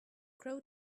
crow